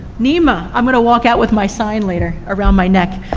nyma, i'm gonna walk out with my sign later, around my neck,